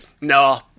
no